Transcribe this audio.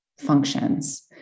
functions